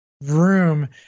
room